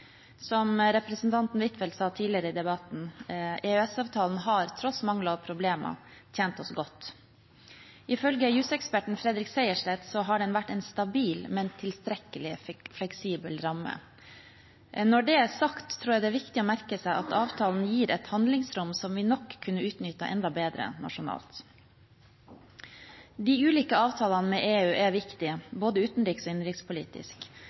Som representanten Huitfeldt sa tidligere i debatten, har EØS-avtalen tross mangler og problemer tjent oss godt. Ifølge jusekspert Fredrik Sejersted har den vært en stabil, men tilstrekkelig fleksibel ramme. Når det er sagt, tror jeg det er viktig å merke seg at avtalen gir et handlingsrom som vi nok kunne utnyttet enda bedre nasjonalt. De ulike avtalene med EU er viktige både utenrikspolitisk og innenrikspolitisk.